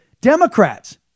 Democrats